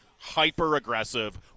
Hyper-aggressive